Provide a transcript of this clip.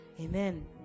Amen